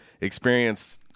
experience